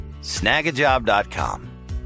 snagajob.com